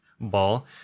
ball